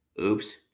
Oops